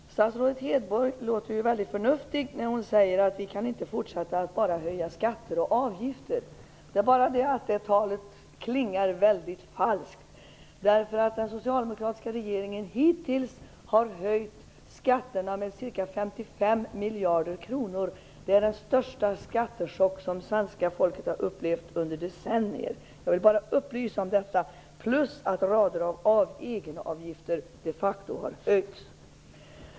Fru talman! Statsrådet Hedborg låter väldigt förnuftig när hon säger att vi inte kan fortsätta att höja skatter och avgifter. Det är bara det att det talet klingar väldigt falskt. Den socialdemokratiska regeringen har hittills höjt skatterna med ca 55 miljarder kronor. Det är den största skattechock som svenska folket har upplevt under decennier. Jag vill bara upplysa om detta. Dessutom har rader av egenavgifter de facto höjts.